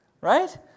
right